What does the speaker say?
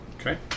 Okay